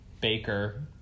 baker